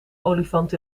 olifant